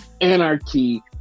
anarchy